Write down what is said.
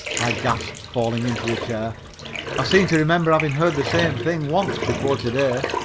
i gasped, falling into a chair, i seem to remember having heard the same thing once before to-day.